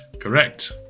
Correct